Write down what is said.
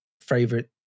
Favorite